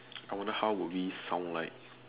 I wonder how would we found like